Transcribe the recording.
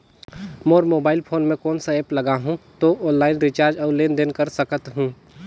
मोर mobile phone मे कोन सा एप्प लगा हूं तो ऑनलाइन रिचार्ज और लेन देन कर सकत हू?